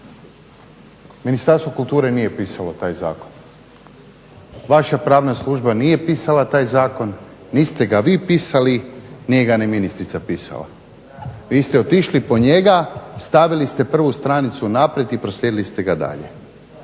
Ministarstvo kulture nije pisalo taj zakon. Vaša pravna služba nije pisala taj zakon, niste ga vi pisali, nije ga ni ministrica pisala. Vi ste otišli po njega, stavili ste prvu stranicu naprijed i proslijedili ste ga dalje.